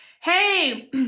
Hey